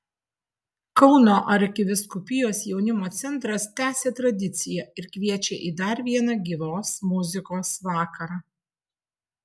kauno arkivyskupijos jaunimo centras tęsia tradiciją ir kviečią į dar vieną gyvos muzikos vakarą